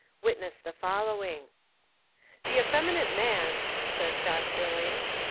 wit ness the following the effeminate man, says josh billings,